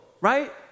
right